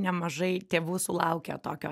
nemažai tėvų sulaukia tokio